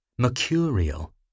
Mercurial